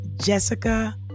Jessica